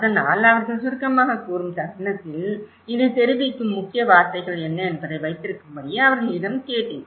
அதனால் அவர்கள் சுருக்கமாகக் கூறும் தருணத்தில் இதைத் தெரிவிக்கும் முக்கிய வார்த்தைகள் என்ன என்பதை வைத்திருக்கும்படி அவர்களிடம் கேட்டேன்